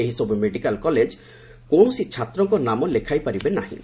ଏହିସବ୍ medical college କୌଣସି ଛାତ୍ରଙ୍କ ନାମ ଲେଖାଇ ପାରିବେ ନାହିଁ